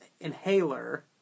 inhaler